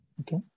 Okay